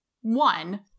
one